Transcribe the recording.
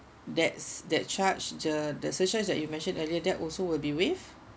that's that charge the the surchage that you mentioned earlier that also will be waived